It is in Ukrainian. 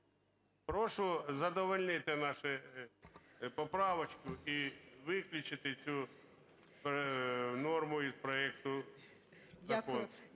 Прошу задовольнити нашу поправочку і виключити цю норму із проекту закону.